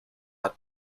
had